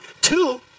Two